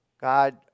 God